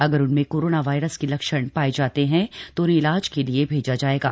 अगर उनमें corona virus के लक्षण पाये जाते हैं तो उन्हें इलाज के लिए भेजा जाएगा